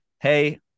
hey